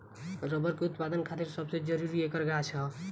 rubber के उत्पदान खातिर सबसे जरूरी ऐकर गाछ ह